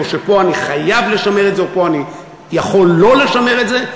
או שפה אני חייב לשמר את זה ופה אני יכול לא לשמר את זה.